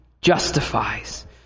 justifies